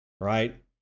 right